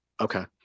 Okay